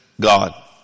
God